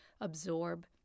absorb